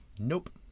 Nope